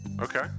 Okay